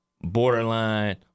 borderline